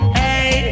hey